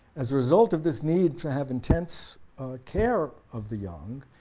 as a result of this need to have intense care of the young,